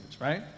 right